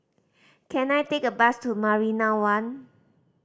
can I take a bus to Marina One